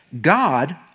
God